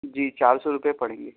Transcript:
جی چار سو روپئے پڑیں گے